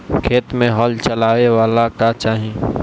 खेत मे हल चलावेला का चाही?